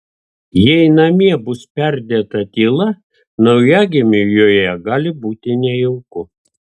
jei namie bus perdėta tyla naujagimiui joje gali būti nejauku